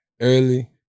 early